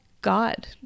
God